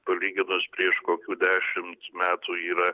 palyginus prieš kokių dešimt metų yra